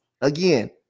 Again